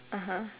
(uh huh)